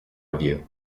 review